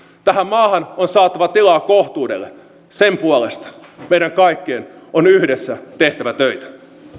tähän maahan on saatava tilaa kohtuudelle sen puolesta meidän kaikkien on yhdessä tehtävä töitä